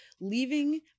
leaving